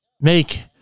make